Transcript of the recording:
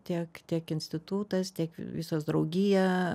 tiek tiek institutas tiek visos draugija